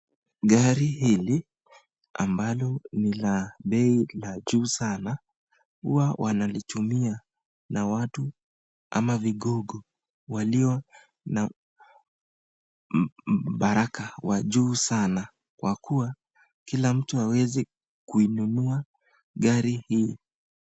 Gari hili ambalo ni la bei ya juu sana, huwa wanalichumia na watu au vigogo walio na mbaraka wa juu sana kwa kuwa kila mtu hawezi kuinunua gari hii.